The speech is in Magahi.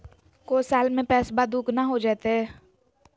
को साल में पैसबा दुगना हो जयते?